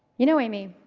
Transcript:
you know aimee,